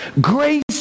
Grace